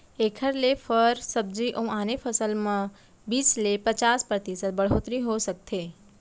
एखर ले फर, सब्जी अउ आने फसल म बीस ले पचास परतिसत बड़होत्तरी हो सकथे